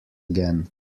again